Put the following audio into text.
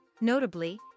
Notably